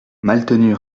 maltenu